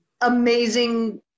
Amazing